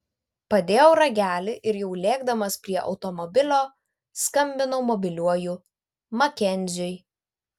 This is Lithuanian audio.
padėjau ragelį ir jau lėkdamas prie automobilio skambinau mobiliuoju makenziui